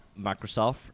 Microsoft